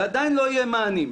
ועדיין לא יהיה מענים.